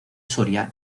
soria